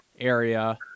area